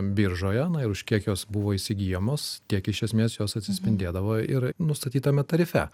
biržoje na ir už kiek jos buvo įsigyjamos tiek iš esmės jos atsispindėdavo ir nustatytame tarife